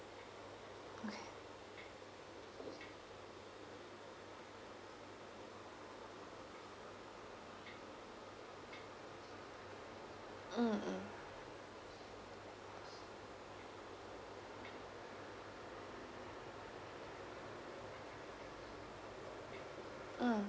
okay mm mm mm